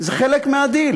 זה חלק מהדיל